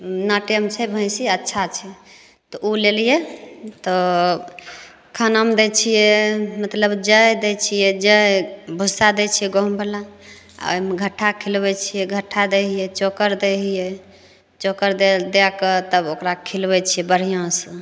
नाटेमे छै भैंसी अच्छा छै तऽ ओ लेलियै तऽ खानामे दै छियै मतलब जौ दै छियै जौ भुस्सा दै गहुँमबला आ ओहिमे घट्ठा खिलबैत छियै घट्ठा दै हियै चोकर दै हियै चोकर दए दए कऽ तब ओकरा खिलबैत छियै बढ़िआँसँ